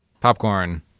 Popcorn